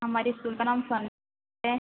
हमारे स्कूल का नाम सं है